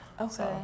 Okay